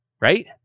right